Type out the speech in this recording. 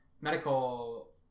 medical